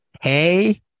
Hey